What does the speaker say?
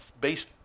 base